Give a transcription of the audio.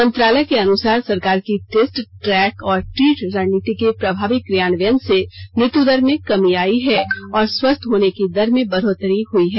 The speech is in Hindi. मंत्रालय के अनुसार सरकार की टेस्ट ट्रैक और ट्रीट रणनीति के प्रभावी क्रियान्वयन से मृत्युदर में कमी आई है और स्वस्थ होने की दर में बढोतरी हुई है